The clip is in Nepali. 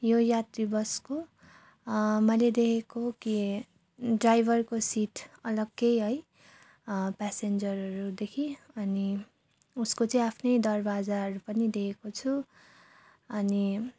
यो यात्री बसको मैले देखेको कि ड्राइभरको सिट अलग्गै है प्यासेन्जरहरूदेखि अनि उसको चाहिँ आफ्नै दरवाजाहरू पनि देखेको छु अनि